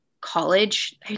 college